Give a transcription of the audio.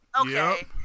Okay